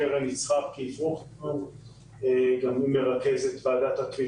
אתגר וחובה להתנהל לפי